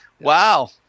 Wow